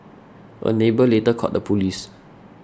a neighbour later called the police